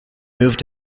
moved